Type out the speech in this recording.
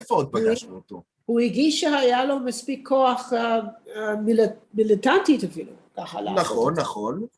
איפה עוד פגשנו אותו? -הוא הרגיש שהיה לו מספיק כוח מיליטנטית, אפילו, ככה... -נכון, נכון.